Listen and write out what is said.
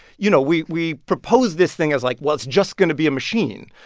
you know, we we proposed this thing as, like, well, it's just going to be a machine.